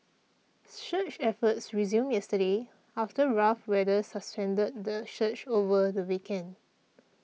search efforts resumed yesterday after rough weather suspended the search over the weekend